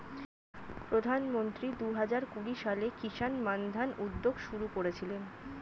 প্রধানমন্ত্রী দুহাজার কুড়ি সালে কিষান মান্ধান উদ্যোগ শুরু করেছিলেন